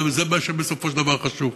שזה בסופו של דבר מה שחשוב.